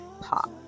pop